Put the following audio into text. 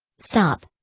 stop!